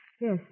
Yes